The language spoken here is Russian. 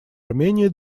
армении